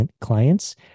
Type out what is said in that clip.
clients